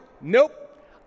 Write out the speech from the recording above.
nope